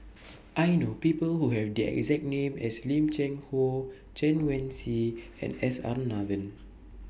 I know People Who Have The exact name as Lim Cheng Hoe Chen Wen Hsi and S R Nathan